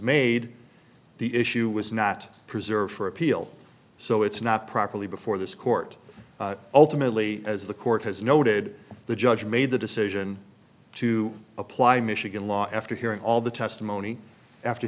made the issue was not preserved for appeal so it's not properly before this court ultimately as the court has noted the judge made the decision to apply michigan law after hearing all the testimony after